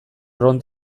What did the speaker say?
ron